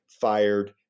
fired